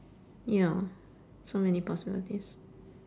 ya so many possibilities